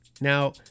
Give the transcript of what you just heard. Now